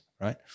right